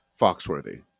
Foxworthy